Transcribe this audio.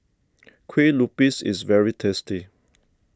Kue Lupis is very tasty